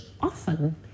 often